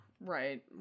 right